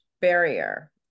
barrier